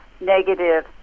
negative